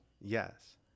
yes